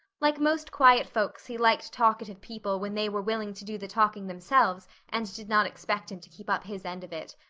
like most quiet folks he liked talkative people when they were willing to do the talking themselves and did not expect him to keep up his end of it.